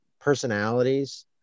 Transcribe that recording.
personalities